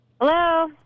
Hello